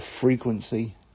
frequency